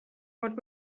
what